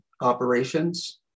operations